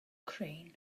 crane